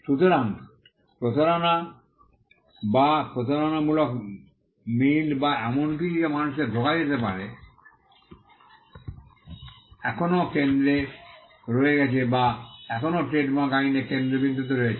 সুতরাং প্রতারণা বা প্রতারণামূলক মিল বা এমন কিছু যা মানুষকে ধোকা দিতে পারে এখনও কেন্দ্রে রয়ে গেছে বা এখনও ট্রেডমার্ক আইনের কেন্দ্রবিন্দুতে রয়েছে